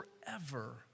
forever